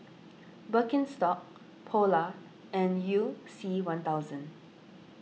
Birkenstock Polar and You C one thousand